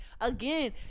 again